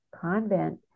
convent